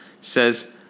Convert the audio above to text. says